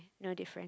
no different